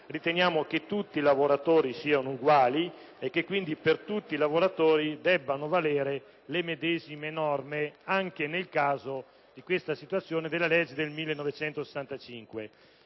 riteniamo che tutti i lavoratori siano uguali e che quindi per tutti i lavoratori debbano valere le medesime norme, anche nel caso della situazione prevista dal